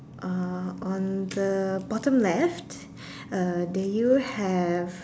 uh on the bottom left uh do you have